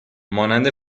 مانند